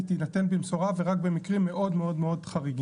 היא תינתן במשורה ורק במקרים מאוד חריגים,